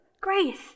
grace